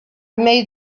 made